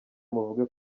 muvuge